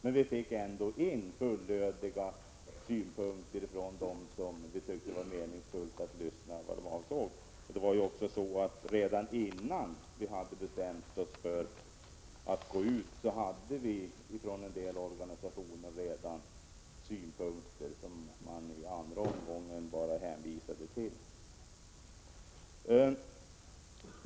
Men vi fick ändå in fullödiga synpunkter från dem som vi tyckte det var meningsfullt att hänvända sig till för att få veta vad de ansåg. Dessutom hade vi redan innan vi bestämde oss för att gå ut med remissförfarandet fått synpunkter från en del organisationer, som i den andra omgången bara hänvisade till dessa.